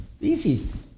easy